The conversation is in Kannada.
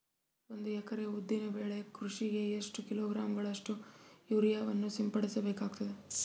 ಒಂದು ಎಕರೆ ಉದ್ದಿನ ಬೆಳೆ ಕೃಷಿಗೆ ಎಷ್ಟು ಕಿಲೋಗ್ರಾಂ ಗಳಷ್ಟು ಯೂರಿಯಾವನ್ನು ಸಿಂಪಡಸ ಬೇಕಾಗತದಾ?